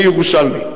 אני ירושלמי.